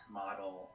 model